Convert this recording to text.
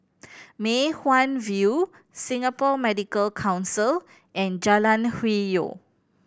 Mei Hwan View Singapore Medical Council and Jalan Hwi Yoh